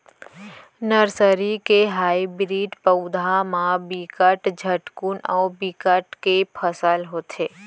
nursery के hybrid पउधा म बिकट झटकुन अउ बिकट के फसल होथे